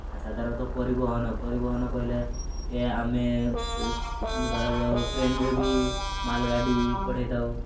ସାଧାରଣତଃ ପରିବହନ ପରିବହନ କହିଲେ ଏ ଆମେ ଧରାଯାଉ ଟ୍ରେନ୍ରେ ବି ମାଲ୍ ଗାଡ଼ି ପଠାଇଥାଉ